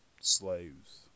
slaves